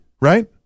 right